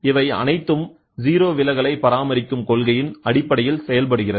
இவை அனைத்தும் ஜீரோ விலகலை பராமரிக்கும் கொள்கையின் அடிப்படையில் செயல்படுகிறது